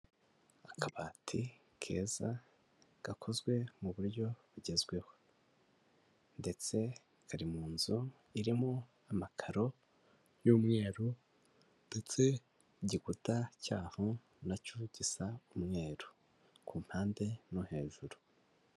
Akabati keza gakozwe mu buryo bugezweho ndetse kari mu nzu irimo amakaro y'umweru ndetse igikuta cyaho na cyo gisa umweru, ku mpande no hejuru.